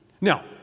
Now